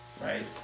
right